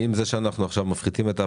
האם זה שאנחנו עכשיו מפחיתים את ההפרשה,